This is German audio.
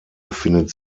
befindet